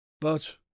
but